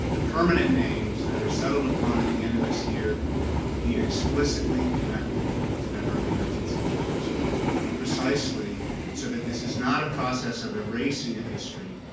the permanent names that are settled upon at the end of this year be explicitly connected to that early nineteenth century history and precisely so that this is not a process of erasing a history,